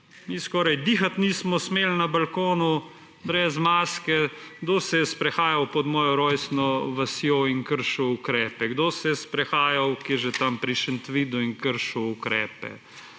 mi skoraj dihati nismo smeli na balkonu brez maske ‒, kdo se je sprehajal pod mojo rojstno vasjo in kršil ukrepe? Kdo se je sprehajal ‒ kje že ‒, tam, pri Šentvidu in kršil ukrepe?